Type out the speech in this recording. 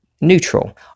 neutral